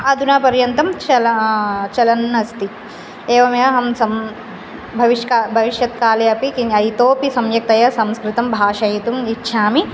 अदुनापर्यन्तं चला चलन् अस्ति एवमेव अहं सं भविष्क भविष्यत्काले अपि किन् इतोपि सम्यक्तया संस्कृतं भाषयितुम् इच्छामि